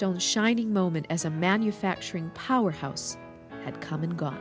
e shining moment as a manufacturing powerhouse had come and go